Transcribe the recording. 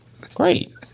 great